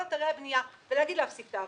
אתרי הבנייה ולהגיד להפסיק את העבודה,